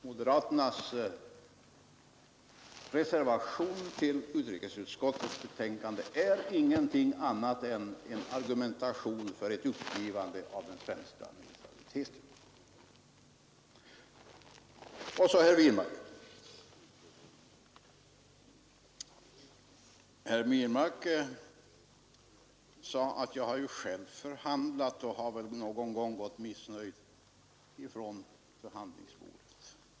Moderaternas reservation till utrikesutskottets betänkande är ingenting annat än en argumentation för ett uppgivande av den svenska neutraliteten. Herr Wirmark frågade om jag inte själv förhandlat och någon gång gått missnöjd från förhandlingsbordet.